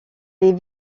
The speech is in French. les